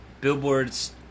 Billboard's